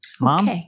Mom